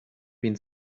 been